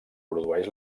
produeix